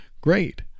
great